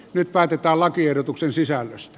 nyt päätetään lakiehdotuksen sisällöstä